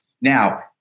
now